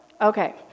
Okay